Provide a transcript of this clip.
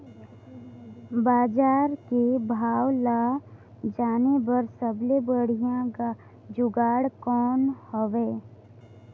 बजार के भाव ला जाने बार सबले बढ़िया जुगाड़ कौन हवय?